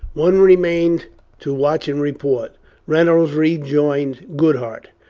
one remained to watch and report reynolds re joined goodhart.